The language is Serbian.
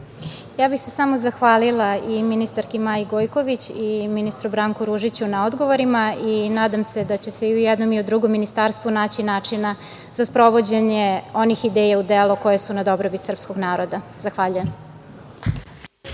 Ja bih se samo zahvalila i ministarki Maji Gojković, i ministru Branku Ružiću na odgovorima, i nadam se da će se i u jednom i u drugom Ministarstvu naći načina za sprovođenje onih ideja u delo koje su na dobrobit srpskog naroda. **Ivica